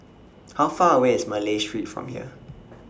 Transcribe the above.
How Far away IS Malay Street from here